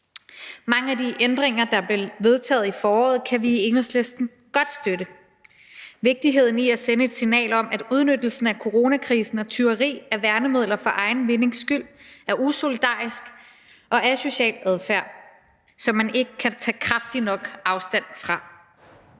Mange af de ændringer, der blev vedtaget i foråret, kan vi i Enhedslisten godt støtte. Vigtigheden i at sende et signal om, at udnyttelse af coronakrisen og tyveri af værnemidler for egen vindings skyld er usolidarisk og asocial adfærd, som man ikke kan tage kraftigt nok afstand fra.